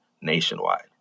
nationwide